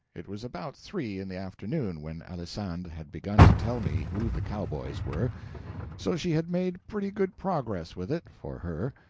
it was about three in the afternoon when alisande had begun to tell me who the cowboys were so she had made pretty good progress with it for her.